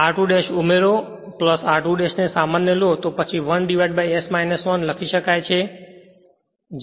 r2 ' ઉમેરો r2 ' સામાન્ય લો તો પછી 1 s 1 લખી શકાય છે